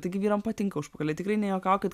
taigi vyram patinka užpakaliai tikrai nejuokaukit